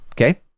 okay